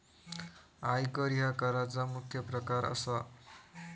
आयकर ह्या कराचा मुख्य प्रकार असा